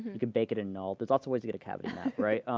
you can bake it in knald, there's lots of ways to get a cavity map.